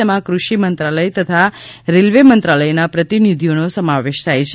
તેમાં કૃષિમંત્રાલય તથા રેલવે મંત્રાલયના પ્રતિનિધિઓનો સમાવેશ થાય છે